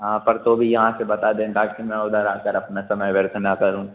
हाँ पर तो भी यहाँ से बता दें ताकि मैं उधर आकर अपना समय व्यर्थ न करूँ